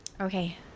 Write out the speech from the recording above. Okay